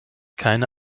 keine